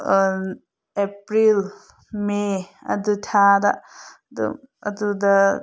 April May ꯑꯗꯨ ꯊꯥꯗ ꯑꯗꯨ ꯑꯗꯨꯗ